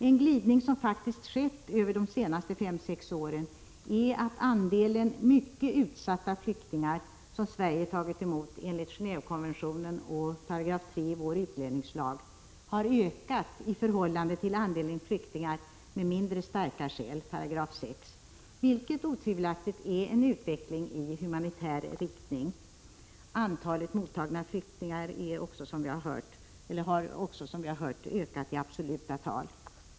En glidning som faktiskt skett de senaste fem sex åren är att andelen mycket utsatta flyktingar som Sverige tagit emot enligt Genévekonventionen och 3 § i vår utlänningslag har ökat i förhållande till andelen flyktingar med mindre starka skäl, som vi tar emot enligt 6 §, vilket otvivelaktigt är en utveckling i humanitär riktning. Antalet mottagna flyktingar har, som vi har hört, ökat också i absoluta tal.